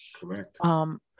Correct